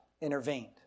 intervened